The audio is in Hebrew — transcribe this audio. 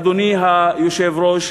אדוני היושב-ראש,